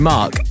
Mark